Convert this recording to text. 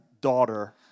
daughter